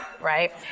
right